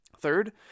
Third